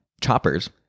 choppers